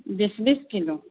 बीस बीस किलो